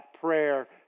prayer